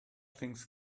things